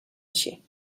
així